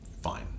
fine